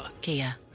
kia